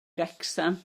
wrecsam